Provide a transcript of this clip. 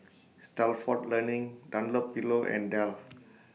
Stalford Learning Dunlopillo and Dell